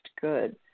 good